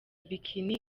bikini